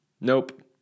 Nope